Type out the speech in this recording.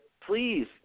please